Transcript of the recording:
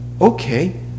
okay